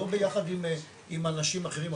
לא ביחד עם אנשים אחרים.